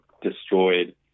destroyed